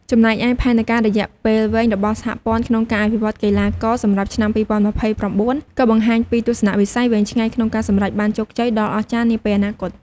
ចំណែកឯ ផែនការរយៈពេលវែងរបស់សហព័ន្ធក្នុងការអភិវឌ្ឍកីឡាករសម្រាប់ឆ្នាំ ២០២៩ ក៏បង្ហាញពីទស្សនៈវិស័យវែងឆ្ងាយក្នុងការសម្រេចបានជោគជ័យដ៏អស្ចារ្យនាពេលអនាគត។